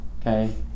Okay